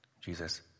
Jesus